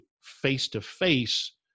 face-to-face